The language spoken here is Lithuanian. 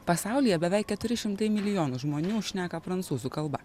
pasaulyje beveik keturi šimtai milijonų žmonių šneka prancūzų kalba